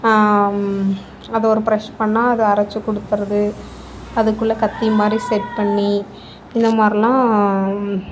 அதை ஒரு பிரஷ் பண்ணா அதை அரைச்சி குடுத்துடுது அதுக்குள்ளே கத்தி மாதிரி செட் பண்ணி இந்த மாதிரிலாம்